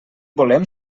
volem